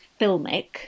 filmic